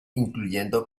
incluyendo